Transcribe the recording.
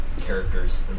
characters